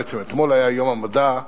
בעצם אתמול היה יום המדע,